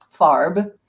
FARB